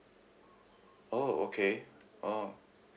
oh okay orh